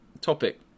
topic